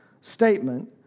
statement